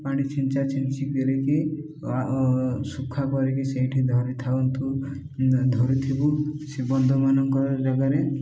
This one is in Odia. ପାଣି ଛିଞ୍ଚା ଛିଞ୍ଚି କରିକି ଶୁଖା କରିକି ସେଇଠି ଧରିଥାନ୍ତୁ ଧରିଥିବୁ ସେ ବନ୍ଧୁମାନଙ୍କର ଜାଗାରେ